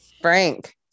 Frank